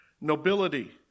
nobility